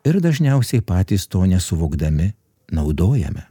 ir dažniausiai patys to nesuvokdami naudojame